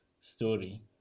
story